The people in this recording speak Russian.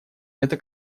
это